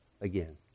again